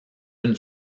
une